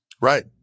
Right